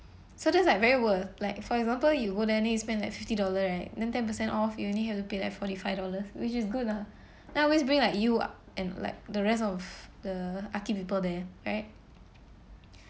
so that's like very worth like for example you go there you only spend like fifty dollars right then ten percent off you only have to pay like forty five dollars which is good lah then I always bring like you a~ and like the rest of the people there right